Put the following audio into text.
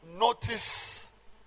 notice